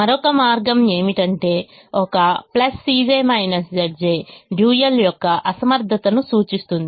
మరొక మార్గం ఏమిటంటే ఒక Cj Zj డ్యూయల్ యొక్క అసమర్థతను సూచిస్తుంది